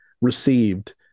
received